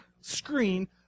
screen